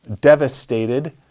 Devastated